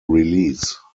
release